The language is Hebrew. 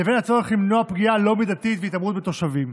לבין הצורך למנוע פגיעה לא מידתית והתעמרות בתושבים.